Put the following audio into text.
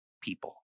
people